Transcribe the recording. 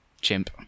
chimp